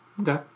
Okay